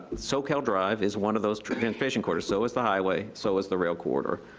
soquel drive is one of those transportation corridors. so is the highway, so is the rail corridor.